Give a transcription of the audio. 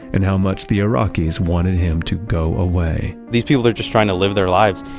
and how much the iraqis wanted him to go away. these people are just trying to live their lives,